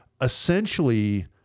essentially